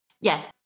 Yes